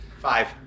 Five